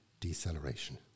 deceleration